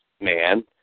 man